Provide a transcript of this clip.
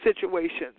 situations